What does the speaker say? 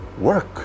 work